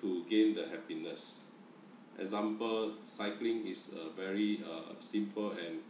to gain the happiness example cycling is a very uh simple and